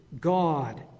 God